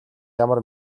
ямар